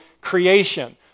creation